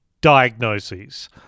diagnoses